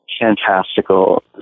fantastical